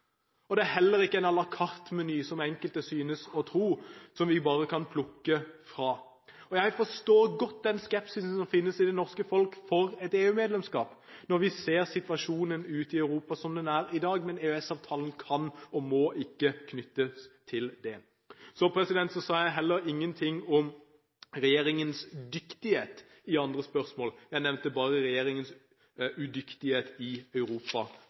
og det er heller ikke en à la carte-meny som enkelte synes å tro, som vi bare kan plukke fra. Jeg forstår godt den skepsisen som finnes i det norske folk for et EU-medlemskap, når vi ser situasjonen ute i Europa som den er i dag, men EØS-avtalen kan og må ikke knyttes til det. Så sa jeg heller ingenting om regjeringens dyktighet i andre spørsmål. Jeg nevnte bare regjeringens udyktighet i